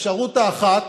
האפשרות האחת